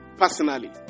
personally